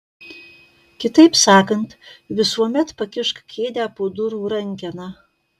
kitaip sakant visuomet pakišk kėdę po durų rankena